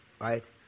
right